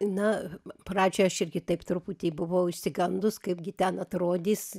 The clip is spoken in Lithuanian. na pradžioj aš irgi taip truputį buvau išsigandus kaipgi ten atrodys